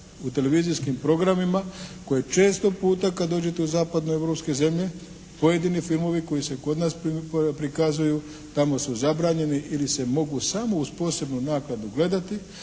u televizijskim programima koji često puta kad dođete u zapadno europske zemlje pojedini filmovi koji se kod nas prikazuju tamo su zabranjeni ili se mogu samo uz posebnu naknadu gledati